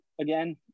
again